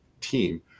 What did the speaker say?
team